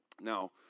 Now